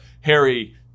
Harry